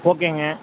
ஓகேங்க